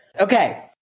Okay